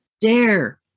Dare